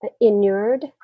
inured